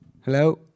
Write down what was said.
Hello